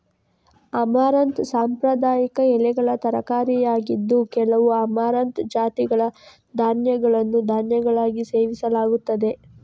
amaranth ಸಾಂಪ್ರದಾಯಿಕ ಎಲೆಗಳ ತರಕಾರಿಯಾಗಿದ್ದು, ಕೆಲವು ಅಮರಂಥ್ ಜಾತಿಗಳ ಧಾನ್ಯಗಳನ್ನು ಧಾನ್ಯಗಳಾಗಿ ಸೇವಿಸಲಾಗುತ್ತದೆ